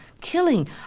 killing